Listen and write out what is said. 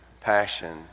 passion